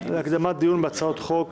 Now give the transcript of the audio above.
להקדמת דיון בהצעת חוק